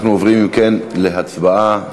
אנחנו עוברים, אם כן, להצבעה